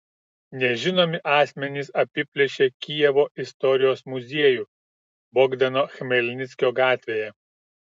nežinomi asmenys apiplėšė kijevo istorijos muziejų bogdano chmelnickio gatvėje